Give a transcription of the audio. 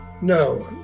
No